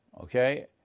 Okay